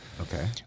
Okay